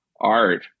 art